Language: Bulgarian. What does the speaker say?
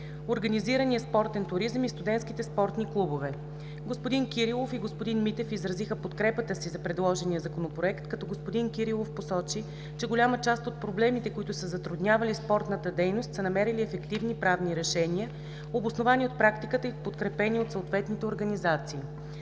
организирания спортен туризъм и студентските спортни клубове. Господин Кирилов и господин Митев изразиха подкрепата си за предложения Законопроект, като господин Кирилов посочи, че голяма част от проблемите, които са затруднявали спортната дейност, са намерили ефективни правни решения, обосновани от практиката и подкрепени от съответните организации.